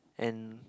and